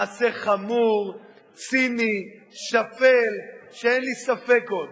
מעשה חמור, ציני, שפל, שאין לי ספק עוד